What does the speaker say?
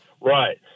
Right